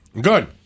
Good